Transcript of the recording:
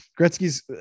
Gretzky's